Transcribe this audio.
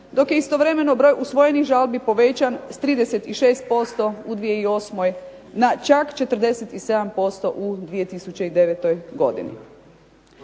dok je istovremeno broj usvojenih žalbi povećan s 36% u 2008. na čak 47% u 2009. godini.